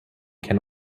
can